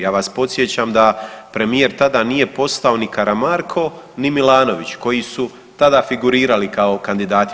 Ja vas podsjećam da premijer tada nije postao ni Karamarko, ni Milanović koji su tada figurirali kao kandidati.